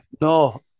no